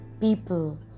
people